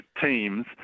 teams